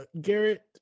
Garrett